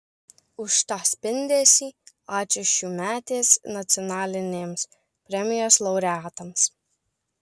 už tą spindesį ačiū šiųmetės nacionalinėms premijos laureatams